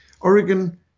Oregon